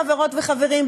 חברות וחברים,